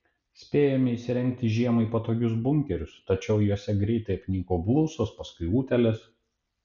spėjome įsirengti žiemai patogius bunkerius tačiau juose greitai apniko blusos paskui utėlės